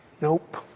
nope